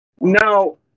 Now